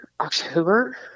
October